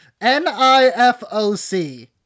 N-I-F-O-C